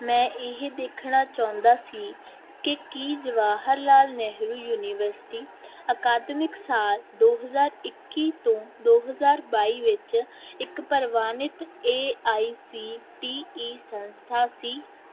ਮੈਂ ਇਹ ਦੇਖਣਾ ਚਾਹੁੰਦਾ ਸੀ ਕਿ ਕੀ ਜਵਾਹਰ ਲਾਲ ਨਹਿਰੂ ਯੂਨੀਵਰਸਿਟੀ ਅਕਾਦਮਿਕ ਸਾਲ ਦੋ ਹਜ਼ਾਰ ਇੱਕੀ ਤੋਂ ਦੋ ਹਜ਼ਾਰ ਬਾਈ ਵਿੱਚ ਇੱਕ ਪ੍ਰਵਾਨਿਤ A I C T E ਸੰਸਥਾ ਸੀ